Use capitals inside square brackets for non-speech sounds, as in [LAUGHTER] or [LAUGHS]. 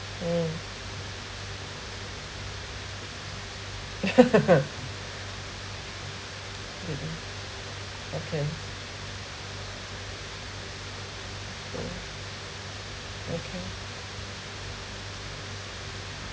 mm [LAUGHS] mmhmm okay mm okay